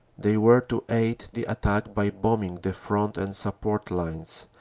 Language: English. they were to aid the attack by bombing the front and support lines,